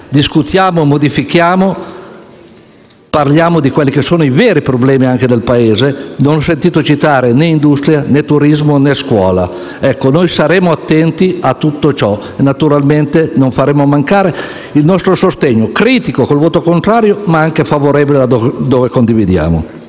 Discutiamo, modifichiamo, parliamo dei veri problemi del Paese: non ho sentito citare né industria, né turismo, né scuola. Noi saremo attenti a tutto ciò; naturalmente non faremo mancare il nostro sostegno critico con il voto contrario, ma anche favorevole sui provvedimenti che condividiamo.